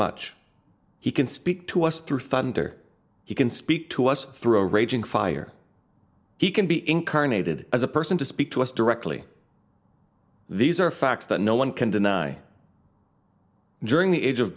much he can speak to us through thunder he can speak to us through a raging fire he can be incarnated as a person to speak to us directly these are facts that no one can deny during the age of